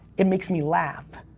it makes me laugh.